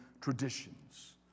traditions